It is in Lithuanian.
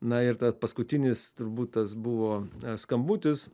na ir dar paskutinis turbūt tas buvo skambutis